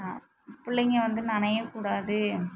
பிள்ளைங்க வந்து நனைய கூடாது